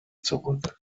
zurück